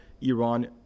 Iran